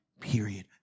period